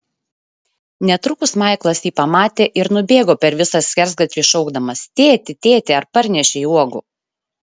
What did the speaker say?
netrukus maiklas jį pamatė ir nubėgo per visą skersgatvį šaukdamas tėti tėti ar parnešei uogų